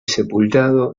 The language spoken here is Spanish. sepultado